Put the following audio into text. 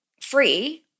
free